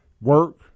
work